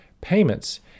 payments